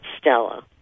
Stella